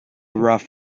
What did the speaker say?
rough